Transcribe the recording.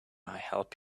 help